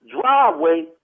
driveway